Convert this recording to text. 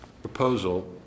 proposal